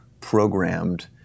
programmed